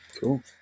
Cool